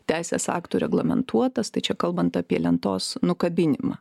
teisės aktų reglamentuotas tai čia kalbant apie lentos nukabinimą